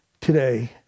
today